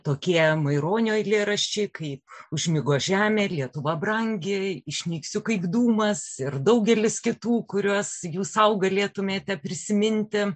tokie maironio eilėraščiai kaip užmigo žemė lietuva brangi išnyksiu kaip dūmas ir daugelis kitų kuriuos jūs sau galėtumėte prisiminti